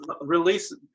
release